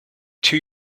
two